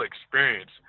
experience